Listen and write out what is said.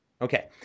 Okay